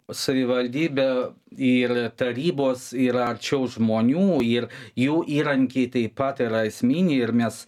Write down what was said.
savivaldybė ir tarybos yra arčiau žmonių ir jų įrankiai taip pat yra esminiai ir mes